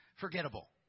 Forgettable